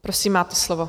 Prosím, máte slovo.